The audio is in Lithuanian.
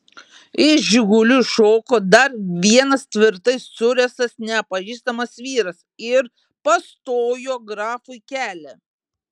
iš žigulių iššoko dar vienas tvirtai suręstas nepažįstamas vyras ir pastojo grafui kelią